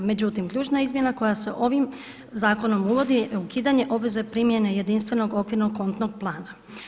Međutim, ključna izmjena koja se ovim zakonom uvodi ukidanje obveze primjene jedinstvenog okvirnog kontnog plana.